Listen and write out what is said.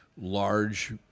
Large